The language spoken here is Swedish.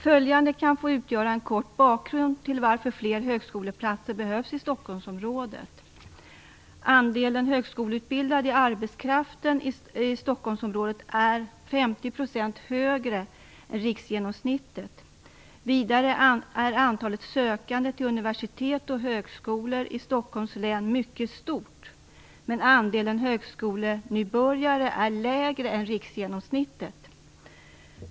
Följande kan få utgöra en kort bakgrund till varför det behövs fler högskoleplatser i Stockholmsområdet. Andelen högskoleutbildade i arbetskraften i Stockholmsområdet är 50 % högre än riksgenomsnittet. Vidare är antalet sökande till universitet och högskolor i Stockholms län mycket stort, men andelen högskolenybörjare är lägre än riksgenomsnittet.